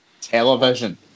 Television